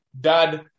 dad